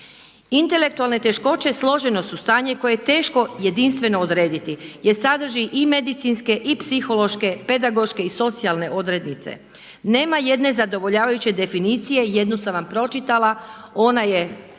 Intelektualne teškoće složeno su stanje koje je teško jedinstveno odrediti jer sadrži i medicinske i psihološke, pedagoške i socijalne odrednice. Nema jedne zadovoljavajuće definicije i jednu sam vam pročitala, ona je